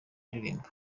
indirimbo